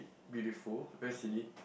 beautiful very scenic